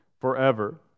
forever